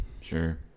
sure